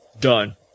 done